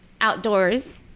outdoors